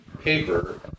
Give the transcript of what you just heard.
paper